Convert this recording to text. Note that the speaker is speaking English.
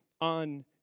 on